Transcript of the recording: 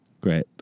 great